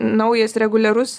naujas reguliarus